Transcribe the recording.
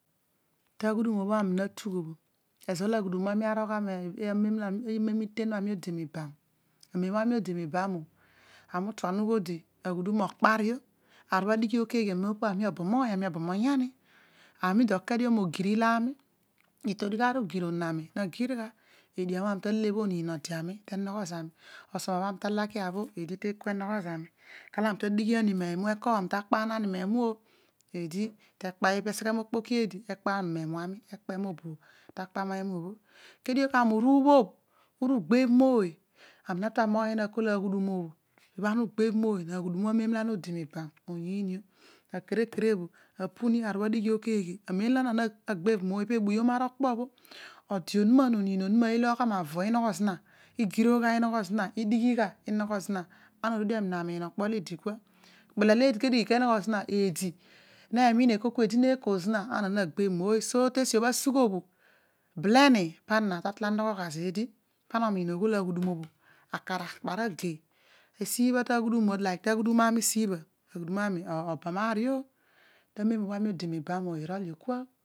Ta aghudum obho ani natagh obho ezo olo aghodum ami arol gha ma nem liihen. amen iten amom ami doe miibam amen obho ami odi miibam bho. ami ughodi aghudum okpari. aar bho idighi ke eghe. ami obam oong. anmi obam onyani ami to ke dio mo gir ilo ami itodigh ari igir ilo ami itodigh ari igir oniin anarqi na gir gha. odian obho ami ta le bho oniin node ami te nogho zami osoma obho ami talakia bho ode noniira ami teko enogho zami aru kar olo ami ta dighia ni memu oh. ta kpanani eeol. tesegho mokpoki eedi ekpanum emu ami. ekpe mobo obho ta akpa bho emu bho. kedio ubhobh igbebh kooy ami natu amoghonyan aghudum akol kol. aghudum amen ana ugbeibh mooy na aghudur anem olo ana odi ibam oyion io. akere kere bho apu ni aar bhi adigh i bho ke eghe. amem ana na gbe ebh mooy. ebuyom ara okpo obho oniin onuma node onuma irol ilogh gha mavo inogho zina bho agirogh gho inegho zina idigh ghateesi bho asugho bho belemi pa na. ta tol anogho gha zeedi. pa na omiin oghol aghudum obho ahaar akperagei. esi bha ta aghudum like tu aghudun ami gibha iban aario famen obho ami odi inan bho irol io kua